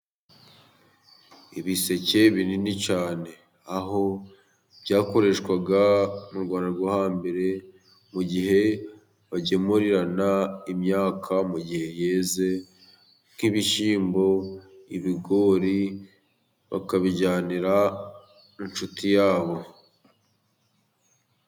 Ibiseke binini cyane, aho byakoreshwaga mu rwanda rwo hambere, mu gihe bagemurirana imyaka mu gihe yeze nk'ibishyimbo, ibigori bakabijyanira inshuti yabo.